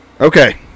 Okay